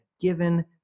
given